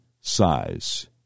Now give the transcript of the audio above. size